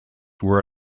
were